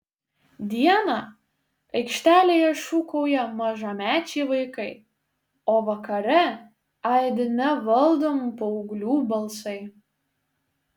dieną aikštelėje šūkauja mažamečiai vaikai o vakare aidi nevaldomų paauglių balsai